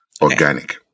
organic